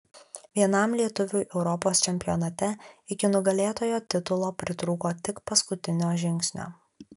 vienam lietuviui europos čempionate iki nugalėtojo titulo pritrūko tik paskutinio žingsnio